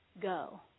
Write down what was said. go